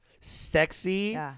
sexy